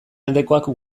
aldekoak